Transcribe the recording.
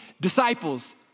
disciples